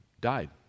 died